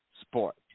sport